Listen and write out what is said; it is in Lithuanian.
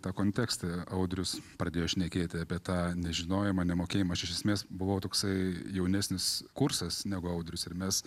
tą kontekstą audrius pradėjo šnekėti apie tą nežinojimą nemokėjimą aš iš esmės buvo toksai jaunesnis kursas negu audrius ir mes